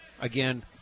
Again